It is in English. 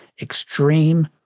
extreme